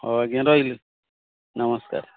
ହଉ ଆଜ୍ଞା ରହିଲି ନମସ୍କାର